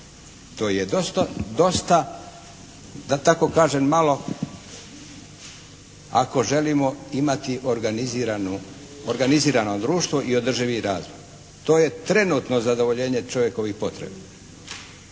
To je dosta da tako kažem malo ako želimo imati organizirano društvo i održivi razvoj. To je trenutno zadovoljenje čovjekovih potreba.